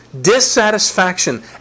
Dissatisfaction